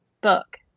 book